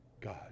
god